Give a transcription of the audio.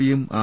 പിയും ആർ